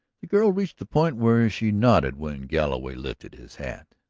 the girl reached the point where she nodded when galloway lifted his hat.